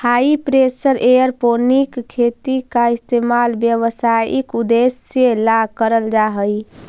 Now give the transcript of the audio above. हाई pressure aeroponic खेती का इस्तेमाल व्यावसायिक उद्देश्य ला करल जा हई